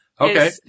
okay